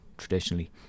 traditionally